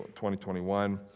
2021